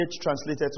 translated